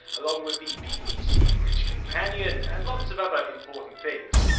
along with the bbc bridge companion, and lots of other important things.